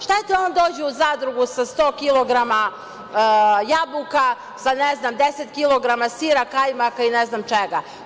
Šta će on, dođe u zadrugu sa 100 kilograma jabuka, sa 10 kilograma sira, kajmaka i ne znam čega?